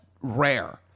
rare